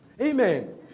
Amen